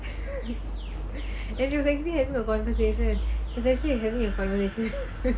and she was actually having a conversation she actually was having a conversation